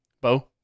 Bo